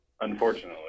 unfortunately